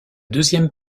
deuxième